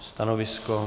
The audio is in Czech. Stanovisko?